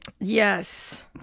Yes